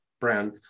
brand